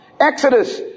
Exodus